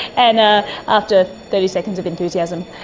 and ah up to thirty seconds of enthusiasm,